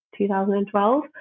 2012